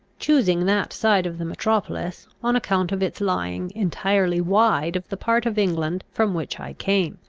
choosing that side of the metropolis, on account of its lying entirely wide of the part of england from which i came.